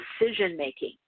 decision-making